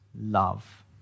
love